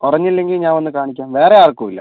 കുറഞ്ഞില്ലെങ്കിൽ ഞാൻ വന്ന് കാണിക്കാം വേറെ ആർക്കും ഇല്ലാ